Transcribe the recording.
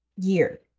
year